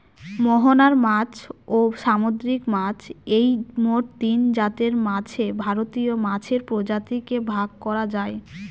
মোহনার মাছ, ও সামুদ্রিক মাছ এই মোট তিনজাতের মাছে ভারতীয় মাছের প্রজাতিকে ভাগ করা যায়